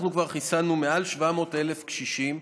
אנחנו כבר חיסנו מעל 700,000 קשישים,